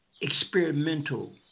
experimental